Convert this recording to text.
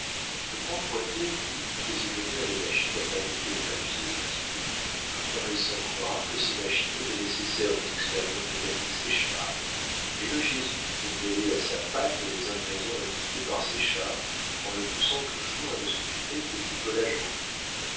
le grand cointet lui faisait venir des machines à fabriquer le papier continu tout en laissant croire que ces machines étaient nécessaires aux expériences de david séchard mais le jésuite mêlait à sa pâte les ingrédients indiqués par séchard en le poussant toujours à ne s'occuper que du collage en cuve